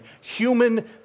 Human